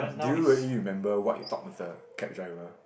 do you really remember what you talk with the cab driver